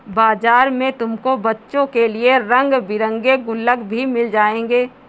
बाजार में तुमको बच्चों के लिए रंग बिरंगे गुल्लक भी मिल जाएंगे